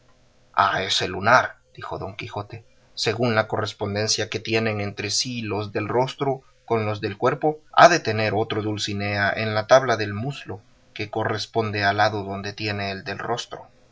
a ese lunar dijo don quijote según la correspondencia que tienen entre sí los del rostro con los del cuerpo ha de tener otro dulcinea en la tabla del muslo que corresponde al lado donde tiene el del rostro